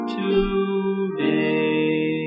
today